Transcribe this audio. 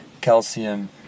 calcium